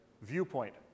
viewpoint